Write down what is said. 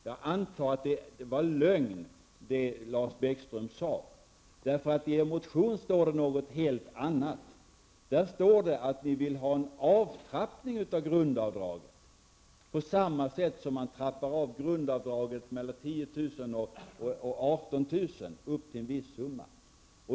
Jag antar att det var lögn, därför att det i er motion står något helt annat. Där står det att ni vill ha en avtrappning av grundavdraget på samma sätt som grundavdraget trappas av mellan 10 000 och 18 000 upp till en viss summa.